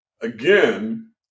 Again